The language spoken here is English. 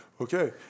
okay